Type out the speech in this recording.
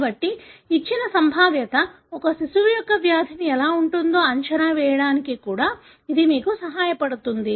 కాబట్టి ఇచ్చిన సంభావ్యత ఒక శిశువు యొక్క వ్యాధిని ఎలా ఉంటుందో అంచనా వేయడానికి కూడా ఇది మీకు సహాయపడుతుంది